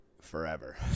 forever